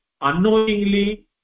unknowingly